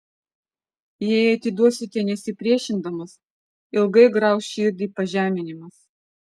jei atiduosite nesipriešindamas ilgai grauš širdį pažeminimas